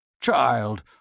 Child